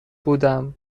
بودم